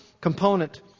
component